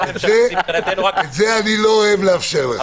את זה אני לא אוהב לאפשר לך.